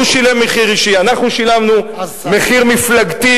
הוא שילם מחיר אישי, אנחנו שילמנו מחיר מפלגתי,